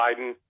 Biden